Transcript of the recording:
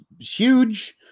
huge